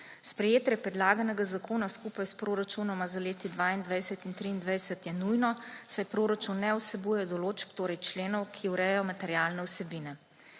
Sprejetje predlaganega zakona, skupaj s proračunoma za leti 2022 in 2023, je nujno, saj proračun ne vsebuje določb, torej členov, ki urejajo materialne vsebine.